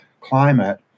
climate